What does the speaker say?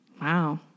Wow